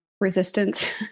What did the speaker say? resistance